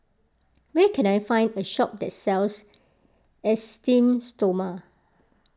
where can I find a shop that sells Esteem Stoma